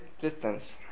distance